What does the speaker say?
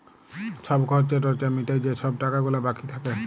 ছব খর্চা টর্চা মিটায় যে ছব টাকা গুলা বাকি থ্যাকে